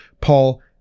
Paul